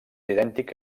idèntic